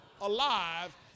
alive